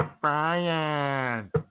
Brian